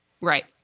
Right